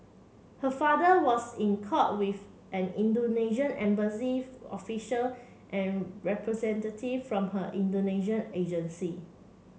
her father was in court with an Indonesian embassy official and representative from her Indonesian agency